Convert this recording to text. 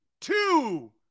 Two